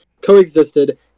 coexisted